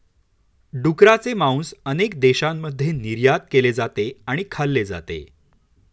डुकराचे मांस अनेक देशांमध्ये निर्यात केले जाते आणि खाल्ले जाते